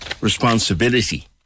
responsibility